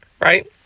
right